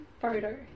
photo